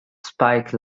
spike